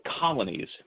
colonies